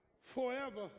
forever